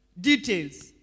details